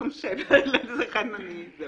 הוא